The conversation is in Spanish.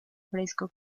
fresco